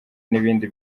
n’ibindi